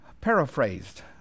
paraphrased